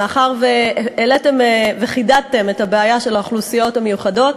מאחר שהעליתם וחידדתם את הבעיה של האוכלוסיות המיוחדות,